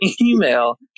email